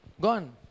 Gone